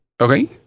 Okay